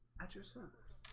at your service